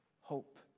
hope